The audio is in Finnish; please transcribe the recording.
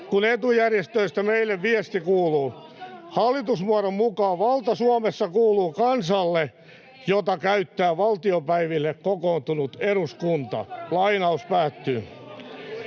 kun etujärjestöistä meille viesti kuuluu. Hallitusmuodon mukaan valta Suomessa kuuluu kansalle, jota käyttää valtiopäiville kokoontunut eduskunta.” [Krista